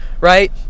right